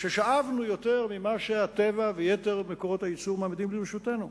ששאבנו יותר ממה שהטבע ויתר מקורות הייצור מעמידים לרשותנו.